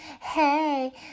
Hey